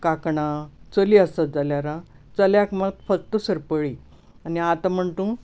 कांकणां चली आसत जाल्यार आं चल्याक म्हण फक्त सरपळी आनी आतां म्हण तूं